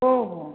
हो हो